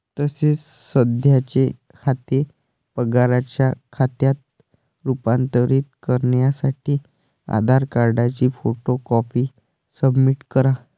तसेच सध्याचे खाते पगाराच्या खात्यात रूपांतरित करण्यासाठी आधार कार्डची फोटो कॉपी सबमिट करा